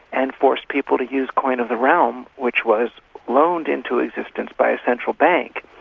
and forced people to use coin of the realm which was loaned into existence by a central bank.